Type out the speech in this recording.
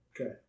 Okay